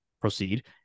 Proceed